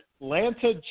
Atlanta